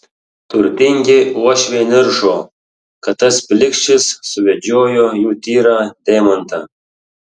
turtingi uošviai niršo kad tas plikšis suvedžiojo jų tyrą deimantą